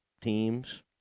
teams